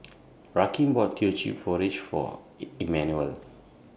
Rakeem bought Teochew Porridge For Immanuel